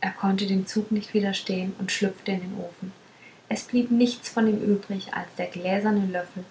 er konnte dem zug nicht widerstehen und schlüpfte in den ofen es blieb nichts von ihm übrig als der gläserne löffel